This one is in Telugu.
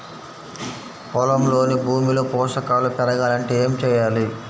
పొలంలోని భూమిలో పోషకాలు పెరగాలి అంటే ఏం చేయాలి?